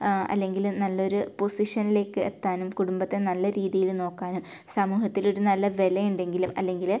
അല്ലെങ്കിൽ നല്ലൊരു പൊസിഷനിലേക്ക് എത്താനും കുടുംബത്തെ നല്ല രീതിയിൽ നോക്കാനും സമൂഹത്തിൽ ഒരു നല്ല വില ഉണ്ടെങ്കിലും അല്ലെങ്കിൽ